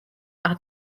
are